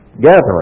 gathering